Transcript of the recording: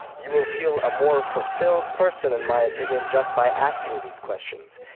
you will feel a more fulfilled person, in my opinion, just by asking these questions.